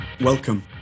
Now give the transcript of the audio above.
Welcome